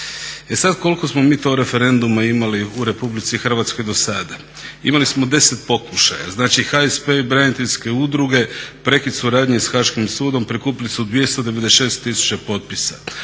E sada koliko smo mi to referenduma imali u Republici Hrvatsko do sada. Imali smo 10 pokušaja, znači HSP i braniteljske udruge, prekid suradnje sa Haškim sudom prikupili su 296 tisuća potpisa.